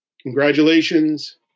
Congratulations